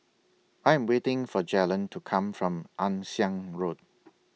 I Am waiting For Jaylen to Come from Ann Siang Road